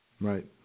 Right